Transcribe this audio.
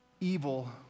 evil